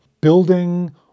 building